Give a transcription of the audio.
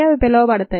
అవి పిలువబడతాయి